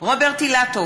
רוברט אילטוב,